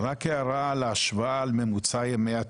רק הערה על ההשוואה על ממוצע ימי הטיפול,